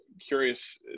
curious